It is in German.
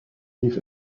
lief